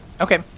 Okay